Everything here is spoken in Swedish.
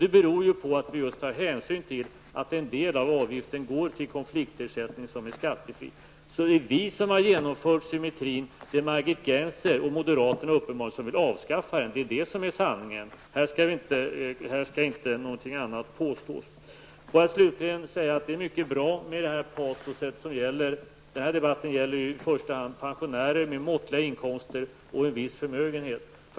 Det beror just på att vi tar hänsyn till att en del av avgiften går till konfliktersättning, vilken är skattefri. Det är vi som har genomfört symmetrin, och det är uppenbarligen Margit Gennser och moderaterna som vill avskaffa den. Det är detta som är sanningen. Här skall inte påstås någonting annat. Jag vill slutligen säga att det patos som finns är någonting mycket bra. Den här debatten gäller i första hand pensionärer med måttliga inkomster och en viss förmögenhet.